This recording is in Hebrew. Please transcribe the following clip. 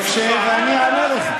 אז תקשה, ואני אענה לך.